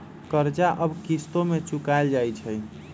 कर्जा अब किश्तो में चुकाएल जाई छई